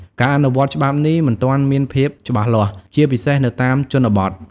ការអនុវត្តន៍ច្បាប់នេះ មិនទាន់មានភាពច្បាស់លាស់ ជាពិសេសនៅតាមជនបទ។